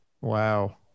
wow